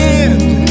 end